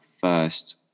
first